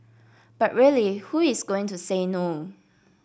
but really who is going to say no